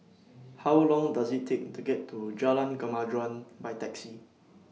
How Long Does IT Take to get to Jalan Kemajuan By Taxi